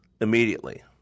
Immediately